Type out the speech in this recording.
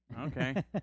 Okay